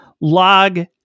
log